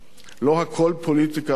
לא הכול פוליטיקה, אדוני.